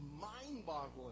mind-boggling